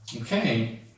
Okay